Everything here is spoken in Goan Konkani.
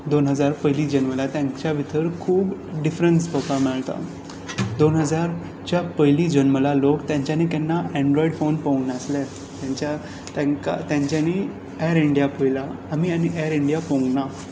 दोन हजार पयलीं जल्मला तांच्या भितर खूब डिफरंस पळोवपाक मेळटा दोन हजारच्या पयलीं जल्मला लोक तेंच्यांनी केन्ना एंड्रोयड फोन पळोवूंक नासले तेंच्यांनी एर इंडिया पयला आमी एर इंडिया पळोवूंक ना